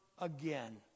again